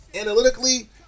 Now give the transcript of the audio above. analytically